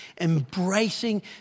embracing